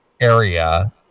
area